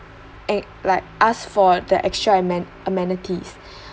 and like ask for the extra amen~ amenities